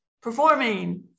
performing